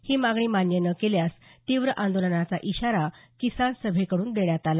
ही मागणी मान्य न केल्यास तीव्र आंदोलनाचा इशारा किसान सभेकडून देण्यात आला